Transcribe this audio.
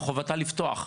מחובתה לפתוח.